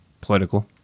political